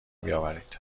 بیاورید